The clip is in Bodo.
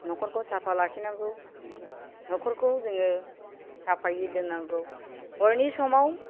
नखरखौ साफा लाखिनांगौ नखरखौ जोङो साफायै दोननांगौ हरनि समाव